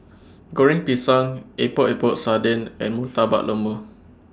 Goreng Pisang Epok Epok Sardin and Murtabak Lembu